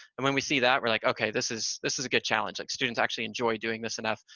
and when we see that we're like, okay, this is this is a good challenge, like students actually enjoy doing this enough,